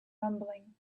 rumbling